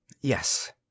Yes